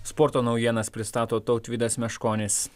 sporto naujienas pristato tautvydas meškonis